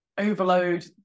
overload